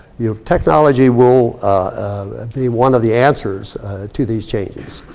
you have technology will be one of the answers to these changes.